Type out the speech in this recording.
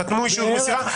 חתמו אישור מסירה.